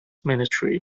military